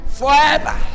forever